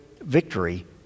victory